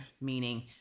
meaning